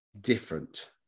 Different